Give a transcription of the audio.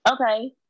okay